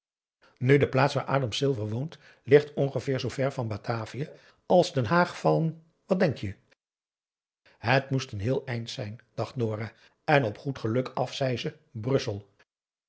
nu de plaats waar adam silver woont ligt ongeveer zoover van batavia als den haag van wat denk je het moest een heel eind zijn dacht nora en op goed geluk af zei ze brussel